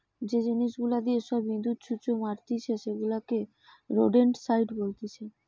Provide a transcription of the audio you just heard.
যে জিনিস গুলা দিয়ে সব ইঁদুর, ছুঁচো মারতিছে সেগুলাকে রোডেন্টসাইড বলতিছে